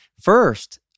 first